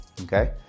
okay